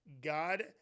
God